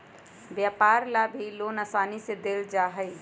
व्यापार ला भी लोन आसानी से देयल जा हई